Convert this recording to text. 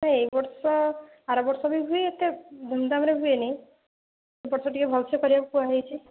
ହଁ ଏହି ବର୍ଷ ଆର ବର୍ଷ ବି ଏତେ ଧୂମଧାମ୍ରେ ହୁଏନି ଏବର୍ଷ ଟିକିଏ ଭଲ ସେ କରିବାକୁ କୁହାଯାଇଛି